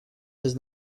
does